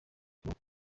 ubukwe